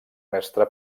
mestre